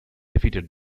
defeated